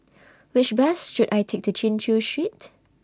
Which Bus should I Take to Chin Chew Street